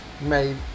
made